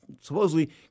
supposedly